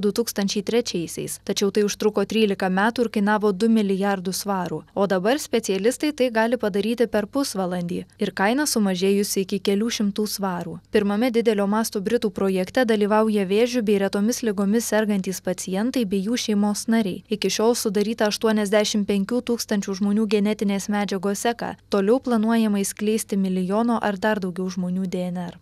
du tūkstančiai trečiaisiais tačiau tai užtruko trylika metų ir kainavo du milijardus svarų o dabar specialistai tai gali padaryti per pusvalandį ir kaina sumažėjusi iki kelių šimtų svarų pirmame didelio masto britų projekte dalyvauja vėžiu bei retomis ligomis sergantys pacientai bei jų šeimos nariai iki šiol sudaryta aštuoniasdešimt penkių tūkstančių žmonių genetinės medžiagos seka toliau planuojama išskleisti milijono ar dar daugiau žmonių dnr